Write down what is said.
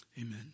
Amen